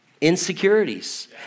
insecurities